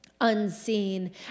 unseen